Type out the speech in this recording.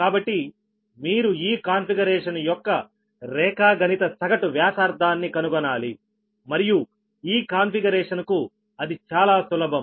కాబట్టి మీరు ఈ కాన్ఫిగరేషన్ యొక్క రేఖాగణిత సగటు వ్యాసార్థాన్ని కనుగొనాలి మరియు ఈ కాన్ఫిగరేషన్ కు అది చాలా సులభం